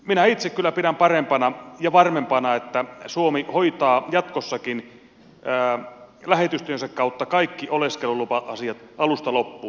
minä itse kyllä pidän parempana ja varmempana että suomi hoitaa jatkossakin lähetystöjensä kautta kaikki oleskelulupa asiat alusta loppuun